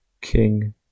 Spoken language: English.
King